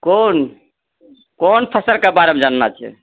कोन कोन फसलके बारेमे जानना छै